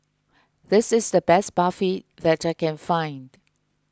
this is the best Barfi that I can find